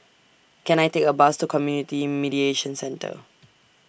Can I Take A Bus to Community Mediation Centre